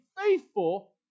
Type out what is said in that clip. faithful